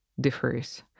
differs